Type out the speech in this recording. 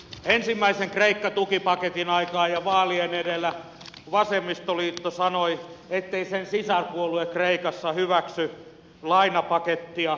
ensimmäisen kreikka tukipaketin aikaan ja vaalien edellä vasemmistoliitto sanoi ettei sen sisarpuolue kreikassa hyväksy lainapakettia